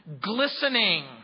glistening